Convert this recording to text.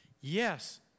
Yes